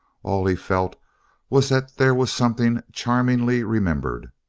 all he felt was that there was something charmingly remembered,